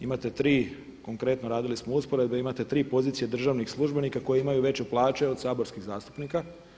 Imate tri konkretno radili smo usporedbe, imate tri pozicije državnih službenika koji imaju veće plaće od saborskih zastupnika.